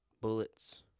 Bullets